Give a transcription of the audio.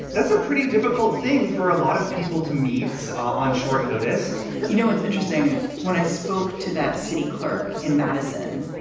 that's a pretty difficult thing for a lot of people to meets on short notice you know, it's interesting when i spoke to that city clerk in madison,